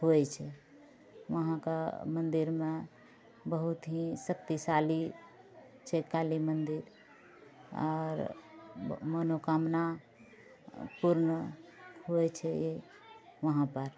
होइ छै वहाँका मन्दिरमे बहुत ही शक्तिशाली छै काली मन्दिर आओर मनोकामना पूर्ण होइ छै वहाँपर